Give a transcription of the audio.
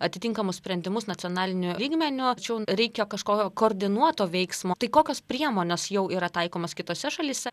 atitinkamus sprendimus nacionaliniu lygmeniu tačiau reikia kažkokio koordinuoto veiksmo tai kokios priemonės jau yra taikomos kitose šalyse